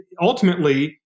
ultimately